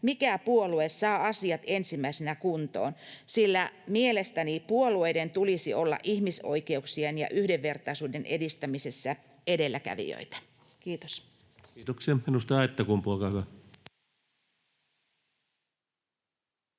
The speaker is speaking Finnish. mikä puolue saa asiat ensimmäisenä kuntoon, sillä mielestäni puolueiden tulisi olla ihmisoikeuksien ja yhdenvertaisuuden edistämisessä edelläkävijöitä. — Kiitos. [Speech 87] Speaker: